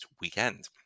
weekend